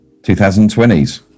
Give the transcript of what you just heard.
2020s